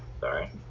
sorry